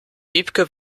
wiebke